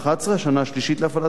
השנה השלישית להפעלת הקרן,